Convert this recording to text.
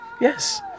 Yes